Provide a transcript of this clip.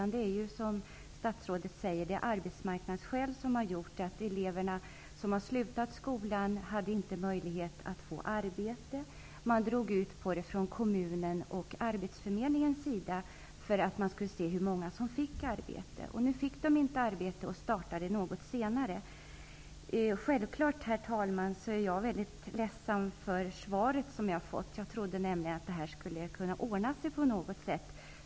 Som statsrådet säger är det arbetsmarknadsskäl som har gjort att kursen startar senare. Detta är ungdomar som har slutat skolan och inte haft möjlighet att få arbete. Kommunen och arbetsförmedlingen drog ut på det, för att se hur många som fick arbete, och kursen startade något senare. Herr talman! Självfallet är jag ledsen för det svar som jag har fått. Jag trodde nämligen att det skulle kunna ordna sig på något sätt.